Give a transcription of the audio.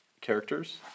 characters